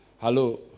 Hello